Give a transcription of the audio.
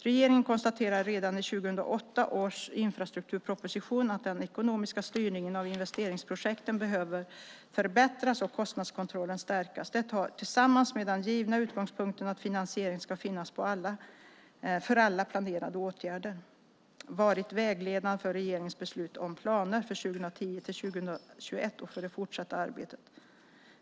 Regeringen konstaterade redan i 2008 års infrastrukturproposition att den ekonomiska styrningen av investeringsprojekten behöver förbättras och kostnadskontrollen stärkas. Det har, tillsammans med den givna utgångspunkten att finansiering ska finnas för alla planerade åtgärder, varit vägledande för regeringens beslut om planer för 2010-2021 och för det fortsatta arbetet.